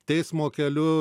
teismo keliu